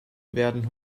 werden